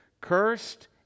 Cursed